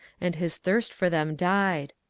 and his thirst for them died.